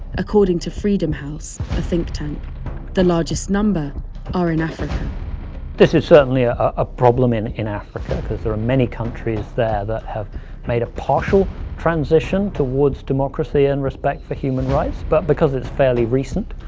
according to freedom freedom house, a think-tank the largest number are in africa this is certainly ah a problem in in africa, because there are many countries there, that have made a partial transition, towards democracy and respect for human rights, but because it's fairly recent,